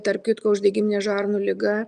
tarp kitko uždegiminė žarnų liga